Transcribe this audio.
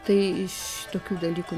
tai iš tokių dalykų